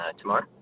tomorrow